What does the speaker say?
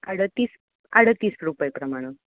अडतीस अडतीस रुपयेप्रमाणं